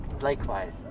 Likewise